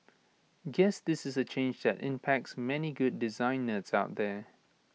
guess this is A change that impacts many good design nerds out there